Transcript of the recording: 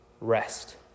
Rest